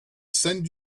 send